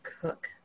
cook